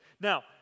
Now